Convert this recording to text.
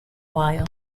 while